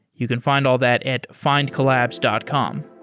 you can find all that at findcollabs dot com.